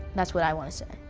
that's what i want to say.